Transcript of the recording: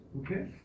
Okay